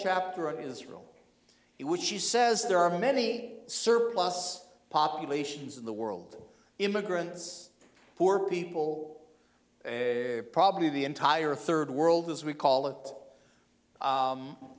chapter of israel which she says there are many surplus populations in the world immigrants poor people probably the entire third world as we call it